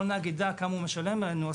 כל נהג יידע כמה הוא משלם לנו,